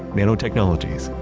nanotechnologies,